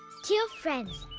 dear friends,